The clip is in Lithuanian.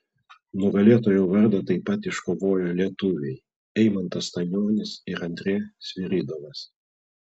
nugalėtojo vardą taip pat iškovojo lietuviai eimantas stanionis ir andrė sviridovas